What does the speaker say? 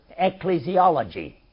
ecclesiology